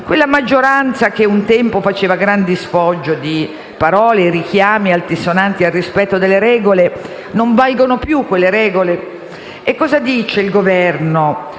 quella maggioranza che un tempo faceva grande sfoggio di parole e richiami altisonanti al rispetto delle regole chiedo: non valgono più quelle regole? Cosa dice il Governo